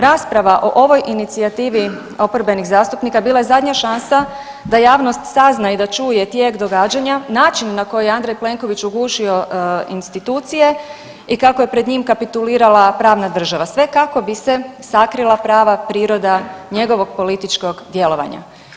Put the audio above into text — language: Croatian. Rasprava o ovoj inicijativi oporbenih zastupnika bila je zadnja šansa da javnost sazna i da čuje tijek događanja, način na koji je Andrej Plenković ugušio institucije i kako je pred njim kapitulirala pravna država, sve kako bi se sakrila prava priroda njegovog političkog djelovanja.